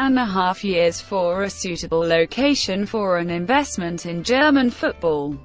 and a half years for a suitable location for an investment in german football.